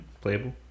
Playable